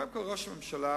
קודם כול, ראש הממשלה,